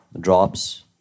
drops